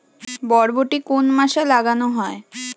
বরবটি কোন মাসে লাগানো হয়?